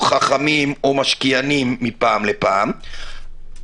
חכמים או משקיענים מפעם לפעם,